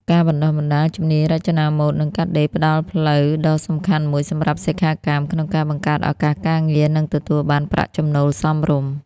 ការបណ្តុះបណ្តាលជំនាញរចនាម៉ូដ និងកាត់ដេរផ្តល់ផ្លូវដ៏សំខាន់មួយសម្រាប់សិក្ខាកាមក្នុងការ បង្កើតឱកាសការងារ និងទទួលបានប្រាក់ចំណូលសមរម្យ។